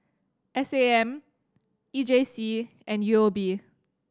S A M E J C and U O B